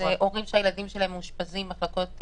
אלה הורים שהילדים שלהם מאושפזים במחלקות.